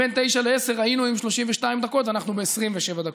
ובין 09:00 ל-10:00 היינו עם 32 דקות ואנחנו ב-27 דקות.